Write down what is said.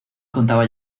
contaba